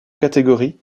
catégorie